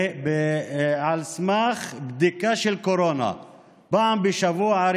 על סמך בדיקת קורונה פעם בשבוע.